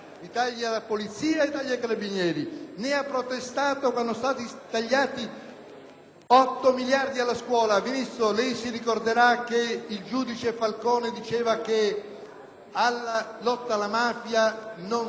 8 miliardi alla scuola. Lei ricorderà, onorevole Ministro, che il giudice Falcone diceva che alla lotta alla mafia non servono i soldati: alla lotta alla mafia serve un esercito di maestri.